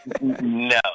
No